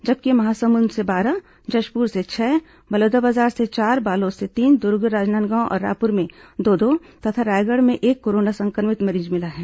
जबकि महासमुंद से बारह जशपुर से छह बलौदाबाजार से चार बालोद से तीन दूर्ग राजनांदगांव और रायप्र में दो दो तथा रायगढ़ में एक कोरोना संक्रमित मरीज मिला है